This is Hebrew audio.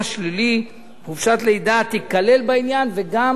שחופשת לידה תיכלל בעניין של מס הכנסה שלילי, וגם,